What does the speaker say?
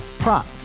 Prop